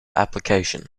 application